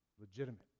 legitimate